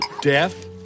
death